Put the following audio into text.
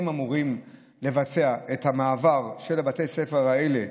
הם אמורים לבצע את המעבר של בתי הספר האלה,